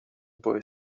boy